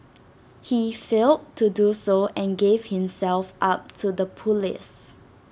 he failed to do so and gave himself up to the Police